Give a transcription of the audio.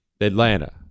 Atlanta